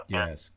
Yes